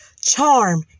Charm